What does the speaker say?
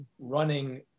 running